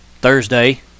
Thursday